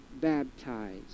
baptized